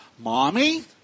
Mommy